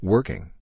Working